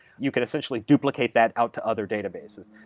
you can essentially duplicate that out to other databases.